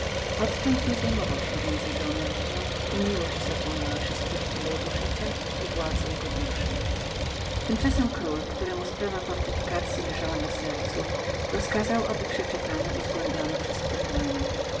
odtąd niezajmował się więcej geometryą i miłość zapełniała wszystkie chwile jego życia i władze jego duszy tymczasem król obstając mocno przy swoim zamiarze rozkazał aby przeczytano i zgłębiono wszystkie plany